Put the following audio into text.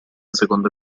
seconda